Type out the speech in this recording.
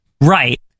Right